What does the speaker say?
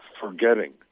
forgetting